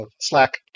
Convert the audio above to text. Slack